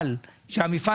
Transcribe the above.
המפעל